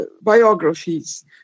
biographies